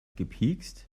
gepikst